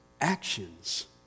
actions